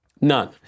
None